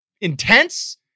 intense